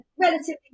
relatively